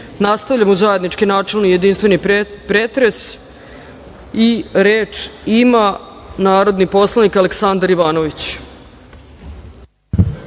Ružić. Nastavljamo zajednički načelni i jedinstveni pretres. Reč ima narodni poslanik Aleksandar Ivanović.